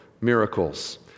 miracles